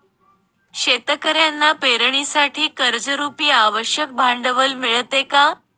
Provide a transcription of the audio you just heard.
शेतकऱ्यांना पेरणीसाठी कर्जरुपी आवश्यक भांडवल मिळते का?